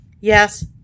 Yes